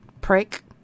prick